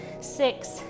Six